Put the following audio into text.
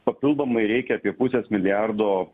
papildomai reikia apie pusės milijardo